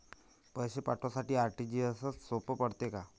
पैसे पाठवासाठी आर.टी.जी.एसचं सोप पडते का?